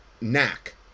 knack